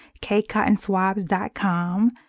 kcottonswabs.com